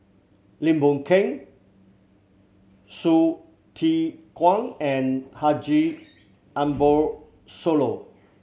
Lim Boon Keng Hsu Tse Kwang and Haji Ambo Sooloh